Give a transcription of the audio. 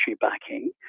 backing